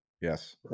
Yes